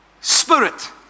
Spirit